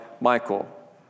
Michael